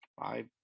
five